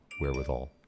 wherewithal